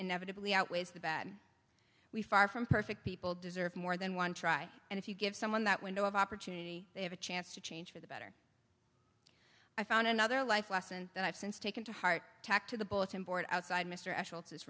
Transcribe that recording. inevitably outweighs the bad we far from perfect people deserve more than one try and if you give someone that window of opportunity they have a chance to change for the better i found another life lesson that i've since taken to heart attack to the bulletin board outside mr a